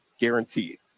guaranteed